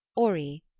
ori,